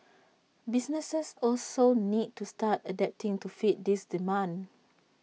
businesses also need to start adapting to fit this demand